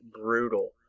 brutal